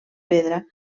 pedra